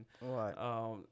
Right